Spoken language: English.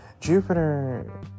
Jupiter